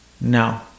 No